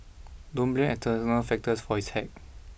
don't blame external factors for his hack